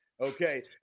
okay